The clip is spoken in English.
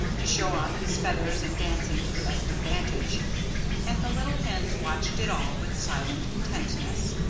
to show off his feathers and dancing to the best advantage and the little hens watched it all with silent intentness.